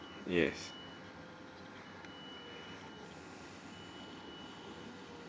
yes